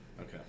Okay